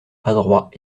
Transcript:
adroit